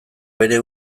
bere